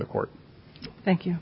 the court thank you